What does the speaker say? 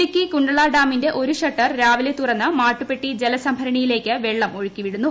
ഇടുക്കി കുണ്ട്ള ഡാമിന്റെ ഒരു ഷട്ടർ രാവിലെ തുറന്ന് മാട്ടുപ്പെട്ടി ജലസംഭരണിയിലേക്ക് വെള്ളം ഒഴുക്കിവിടുന്നു